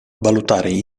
valutare